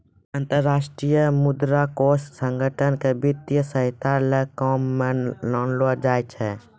अन्तर्राष्ट्रीय मुद्रा कोष संगठन क वित्तीय सहायता ल काम म लानलो जाय छै